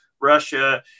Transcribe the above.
Russia